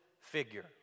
figure